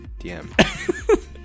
DM